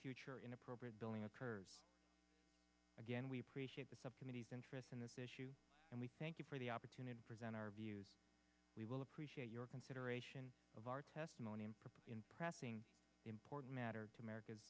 future inappropriate going occur again we appreciate the subcommittee's interest in this issue and we thank you for the opportunity to present our views we will appreciate your consideration of our testimony in pressing important matter to america